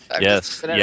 Yes